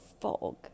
fog